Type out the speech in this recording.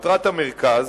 מטרת המרכז,